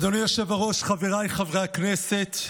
אדוני היושב-ראש, חבריי חברי הכנסת,